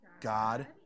God